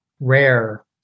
rare